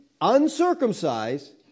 uncircumcised